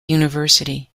university